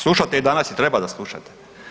Slušate danas i treba da slušate.